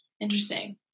interesting